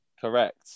Correct